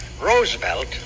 Roosevelt